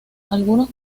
algunos